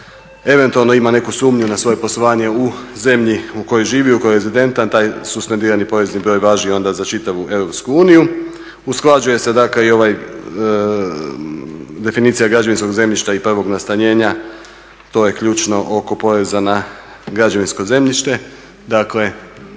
eventualno ima neku sumnju na svoje poslovanje u zemlji u kojoj žive, u kojoj je rezidentan taj suspendirani porezni broj važi onda za čitavu EU. Usklađuje se, dakle i definicija građevinskog zemljišta i prvog nastanjenja. To je ključno oko poreza na građevinsko zemljište.